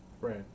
Right